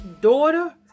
daughter